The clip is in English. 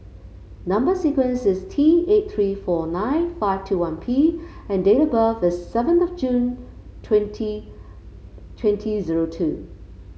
number sequence is T eight three four nine five two one P and date of birth is seventh of June twenty twenty zero two